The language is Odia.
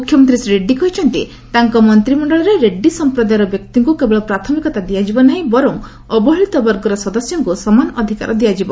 ମୁଖ୍ୟମନ୍ତ୍ରୀ ଶ୍ରୀ ରେଡ୍ରୀ କହିଛନ୍ତି ତାଙ୍କ ମନ୍ତିମଣ୍ଡଳରେ ରେଡ଼ୁୀ ସମ୍ପ୍ରଦୟର ବ୍ୟକ୍ତିଙ୍କୁ କେବଳ ପ୍ରାଥମିକତା ଦିଆଯିବ ନାହିଁ ବରଂ ଅବହେଳିତ ବର୍ଗର ସଦସ୍ୟଙ୍କୁ ସମାନ ଅଧିକାର ଦିଆଯିବ